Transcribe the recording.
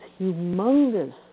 humongous